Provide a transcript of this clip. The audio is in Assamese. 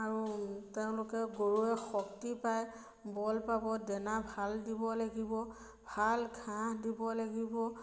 আৰু তেওঁলোকে গৰুৱে শক্তি পায় বল পাব দানা ভাল দিব লাগিব ভাল ঘাঁহ দিব লাগিব